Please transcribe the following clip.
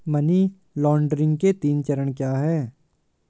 Money laundering के तीन चरण क्या हैं?